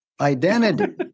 identity